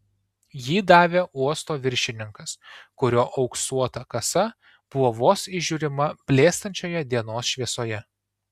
jį davė uosto viršininkas kurio auksuota kasa buvo vos įžiūrima blėstančioje dienos šviesoje